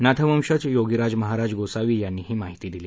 नाथवंशज योगीराज महाराज गोसावी यांनी ही माहिती दिली